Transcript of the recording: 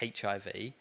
HIV